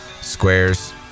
squares